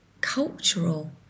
cultural